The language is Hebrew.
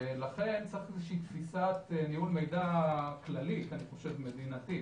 ולכן צריך תפיסת ניהול מידע כללית, מדינתית.